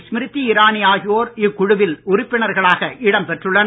ஸ்மிருதி இரானி ஆகியோர் இக்குழுவில் உறுப்பினர்களாக இடம்பெற்றுள்ளனர்